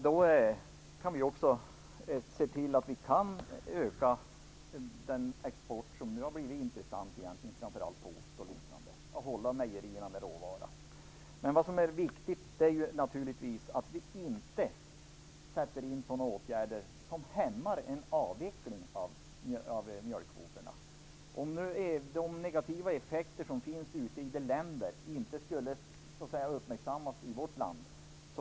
Då kan vi också se till att vi kan öka den export som nu har blivit intressant igen, framför allt på ost och liknande, och hålla mejerierna med råvaror. Det viktiga är emellertid att vi inte vidtar sådana åtgärder som hämmar en avveckling av mjölkkvoterna. Det vore helt fel om de negativa effekter som finns i vissa länder inte skulle uppmärksammas i vårt land.